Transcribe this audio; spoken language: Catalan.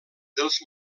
dels